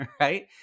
right